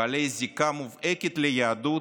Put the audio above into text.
בעלי זיקה מובהקת ליהדות,